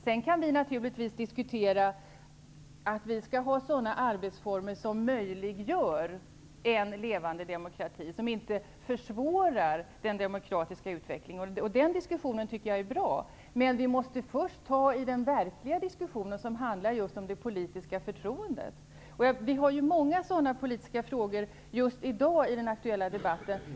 Sedan kan vi naturligtvis diskutera att vi skall ha sådana arbetsformer som möjliggör en levande demokrati, som inte försvårar den demokratiska utvecklingen. Den diskussionen tycker jag är bra. Men vi måste först ta den verkliga diskussionen, som handlar just om det politiska förtroendet. Vi har många sådana politiska frågor just i dag i den aktuella debatten.